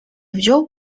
wziął